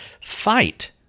Fight